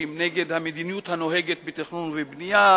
נגד המדיניות הנוהגת בתכנון ובנייה,